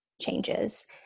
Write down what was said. changes